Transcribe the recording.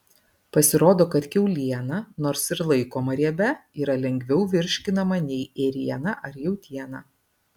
pasirodo kad kiauliena nors ir laikoma riebia yra lengviau virškinama nei ėriena ar jautiena